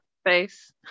Face